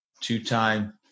two-time